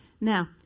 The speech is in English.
now